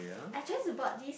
I just to bought this